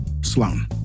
Sloan